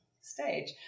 stage